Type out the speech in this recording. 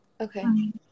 Okay